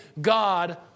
God